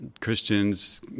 Christians